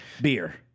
Beer